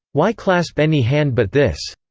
why clasp any hand but this?